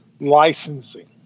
licensing